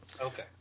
Okay